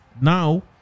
Now